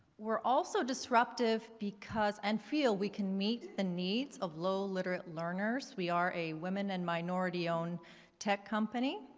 we're also disruptive because and feel we can meet the needs of low-literate learners. we are a women and minority-owned tech company.